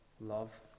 love